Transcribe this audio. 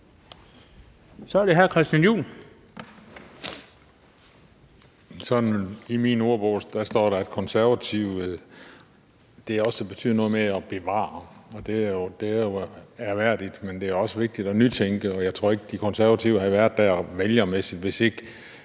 Juhl. Kl. 12:40 Christian Juhl (EL): I min ordbog står der sådan, at »konservativ« også betyder noget med at bevare, og det er jo ærværdigt. Men det er også vigtigt at nytænke, og jeg tror ikke, at De Konservative havde været der vælgermæssigt, hvis ikke